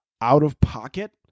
out-of-pocket